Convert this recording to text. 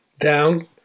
down